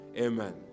Amen